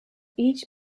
each